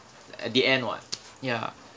at the and what ya